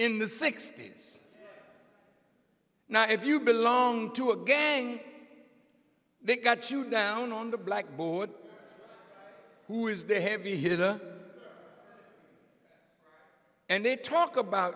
in the sixty's now if you belong to again they got you down on the blackboard who is the heavy hitter and they talk about